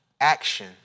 Action